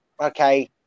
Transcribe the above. Okay